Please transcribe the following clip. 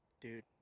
dude